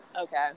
Okay